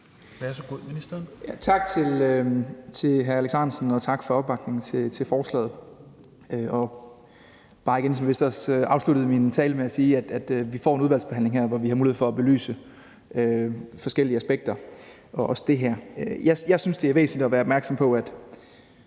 Tak til hr. Alex Ahrendtsen, og tak for opbakningen til forslaget. Som jeg vist også afsluttede min tale med at sige, vil jeg igen sige, at vi får en udvalgsbehandling her, hvor vi har mulighed for at belyse forskellige aspekter, også det her. Jeg synes, det er væsentligt at være opmærksom på, at